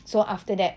so after that